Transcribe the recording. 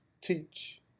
teach